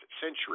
century